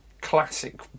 classic